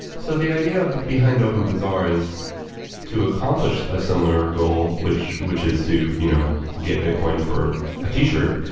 so the idea but behind openbazaar is to accomplish a similar goal, which which is to you know get bitcoin for a t-shirt.